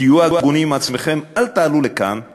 תהיו הגונים עם עצמכם, אל תעלו לכאן עם